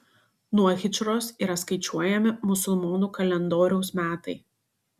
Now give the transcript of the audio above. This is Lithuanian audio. nuo hidžros yra skaičiuojami musulmonų kalendoriaus metai